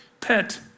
pet